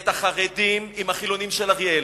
את החרדים עם החילונים של אריאל,